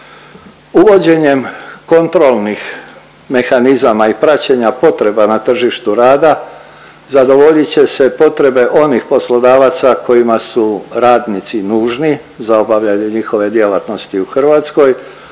Uvođenjem kontrolnih mehanizama i praćenja potreba na tržištu rada zadovoljit će se potrebe onih poslodavaca kojima su radnici nužni za obavljanje njihove djelatnosti u Hrvatskoj,